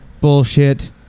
bullshit